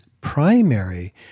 primary